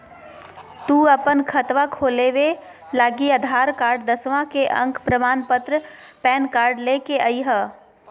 तू अपन खतवा खोलवे लागी आधार कार्ड, दसवां के अक प्रमाण पत्र, पैन कार्ड ले के अइह